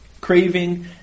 Craving